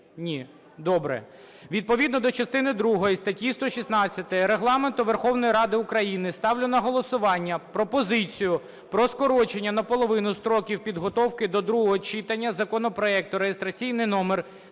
Ні. Добре. Відповідно до частини другої статті 116 Регламенту Верховної Ради України ставлю на голосування пропозицію про скорочення наполовину строків підготовки до другого читання законопроекту, (реєстраційний номер